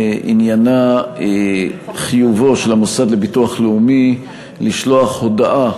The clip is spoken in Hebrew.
עניינה חיובו של המוסד לביטוח לאומי לשלוח הודעה